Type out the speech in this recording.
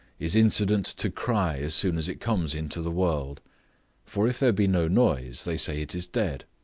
is incident to cry as soon as it comes into the world for if there be no noise, they say it is dead.